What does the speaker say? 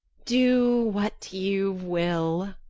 do what you will.